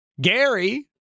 Gary